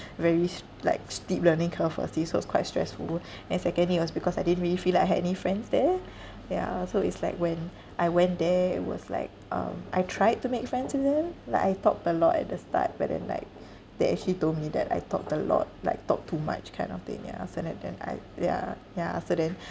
very s~ like steep learning curve firstly so it was quite stressful then secondly was because I didn't really feel like I had any friends there ya so it's like when I went there it was like um I tried to make friends with them like I talk a lot at the start but then like they actually told me that I talked a lot like talk too much kind of thing ya so then then I ya ya so then